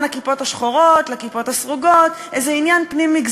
חברת הכנסת תמר